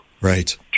Right